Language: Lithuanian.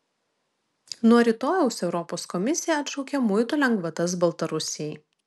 nuo rytojaus europos komisija atšaukia muitų lengvatas baltarusijai